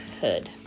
Hood